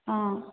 অঁ